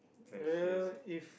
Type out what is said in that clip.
well if